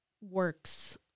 works